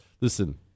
listen